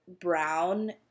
brown